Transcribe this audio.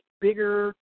bigger